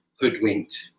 hoodwinked